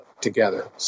together